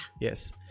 Yes